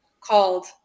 called